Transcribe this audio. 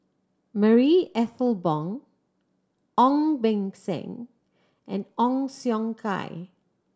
Marie Ethel Bong Ong Beng Seng and Ong Siong Kai